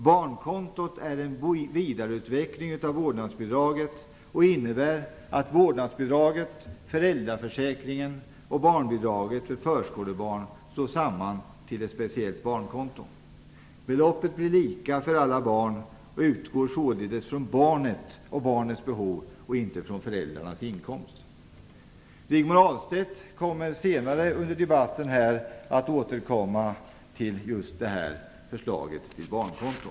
Barnkontot är en vidareutveckling av vårdnadsbidraget och innebär att vårdnadsbidraget, föräldraförsäkringen och barnbidraget för förskolebarn slås samman till ett barnkonto. Beloppet blir lika för alla barn och utgår således från barnets behov och inte från föräldrarnas inkomst. Rigmor Ahlstedt kommer senare under debatten att återkomma till förslaget till barnkonto.